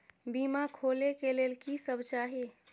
बीमा खोले के लेल की सब चाही?